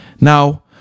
Now